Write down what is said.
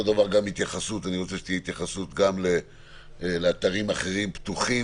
אותו דבר אני רוצה שתהיה גם התייחסות לאתרים אחרים פתוחים.